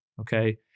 Okay